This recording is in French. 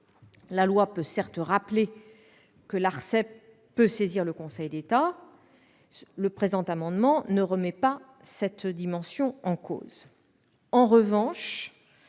La loi peut, certes, rappeler que l'ARCEP peut saisir le Conseil d'État. Le présent amendement ne remet pas cette dimension en cause.